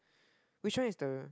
which one is the